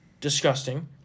disgusting